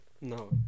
No